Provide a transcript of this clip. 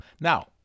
now